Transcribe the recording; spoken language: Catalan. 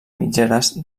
mitgeres